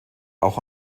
auch